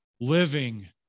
living